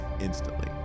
instantly